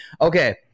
Okay